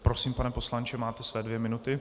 Prosím, pane poslanče, máte své dvě minuty.